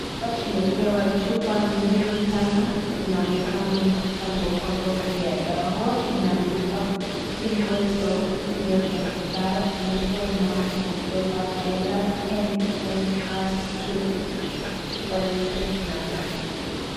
Hapa tumepewa chupa nyingi sana zinaonekana ni chupa ndogo ndogo ya dawa. Imeandikwa Single Dose zero-point five measles, Mumps, Rubella Virus MMR two kwa chupa yote inafanana.